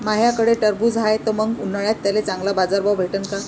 माह्याकडं टरबूज हाये त मंग उन्हाळ्यात त्याले चांगला बाजार भाव भेटन का?